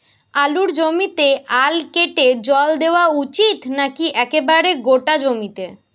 আলুর জমিতে আল কেটে জল দেওয়া উচিৎ নাকি একেবারে গোটা জমিতে?